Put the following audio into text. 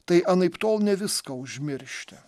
tai anaiptol ne viską užmiršti